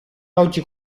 oggi